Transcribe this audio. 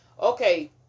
Okay